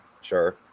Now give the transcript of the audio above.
Sure